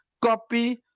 Copy